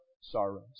sorrows